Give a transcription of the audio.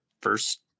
first